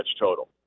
total